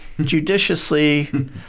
judiciously